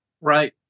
Right